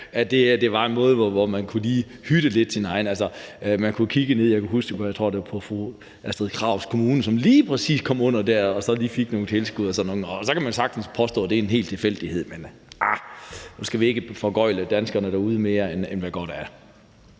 det er en måde, hvorpå man lige kan hytte sit eget skind. Jeg tror, det var i fru Astrid Krags kommune, hvor man lige præcis kom under og så fik nogle tilskud. Så kan man sagtens påstå, at det er helt tilfældigt, men nu skal vi ikke foregøgle danskerne derude mere, end hvad godt er.